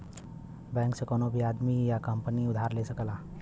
bank से कउनो भी आदमी या कंपनी उधार ले सकला